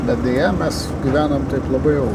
bet deja mes gyvenam labai jau